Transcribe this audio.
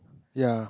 ya